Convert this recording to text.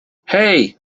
hey